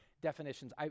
Definitions